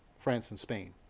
france and spain,